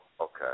okay